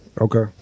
Okay